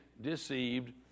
deceived